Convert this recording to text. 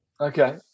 Okay